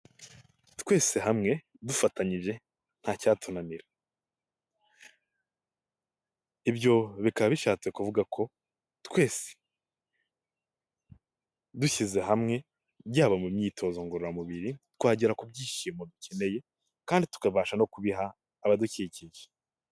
Twese hamwe dufatanyije ntacyatunanira, ibyo bikaba bishatse kuvuga ko twese dushyize byaba mu myitozo ngororamubiri twagera kumo dukeneye kandi tukabasha no kubiha abadukikije.